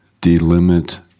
delimit